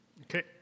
Okay